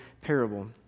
parable